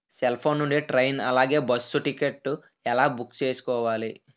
Cell phone నుండి train అలాగే bus ticket ఎలా బుక్ చేసుకోవాలి?